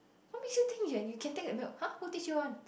what makes you think you can you can take the milk !huh! who teach you [one]